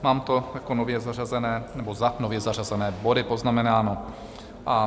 Mám to jako nově zařazené nebo za nově zařazené body poznamenáno.